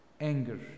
Anger